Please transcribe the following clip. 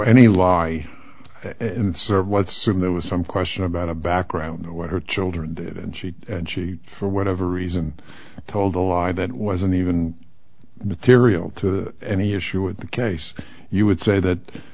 any lie and serve was assumed there was some question about a background of what her children did and she and she for whatever reason told a lie that wasn't even material to any issue with the case you would say that